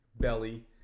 Belly